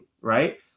right